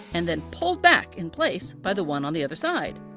and then pulls back in place by the one on the other side.